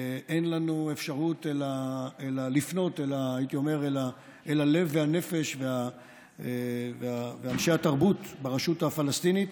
אין לנו אפשרות אלא לפנות אל הלב והנפש של אנשי התרבות ברשות הפלסטינית,